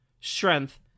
strength